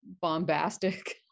bombastic